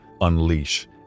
unleash